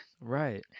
Right